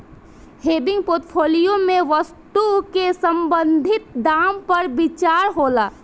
हेविंग portfolio में वस्तु के संभावित दाम पर विचार होला